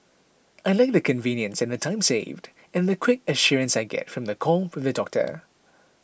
I like the convenience and time saved and the quick assurance I get from the call with the doctor